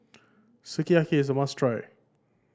sukiyaki is a must try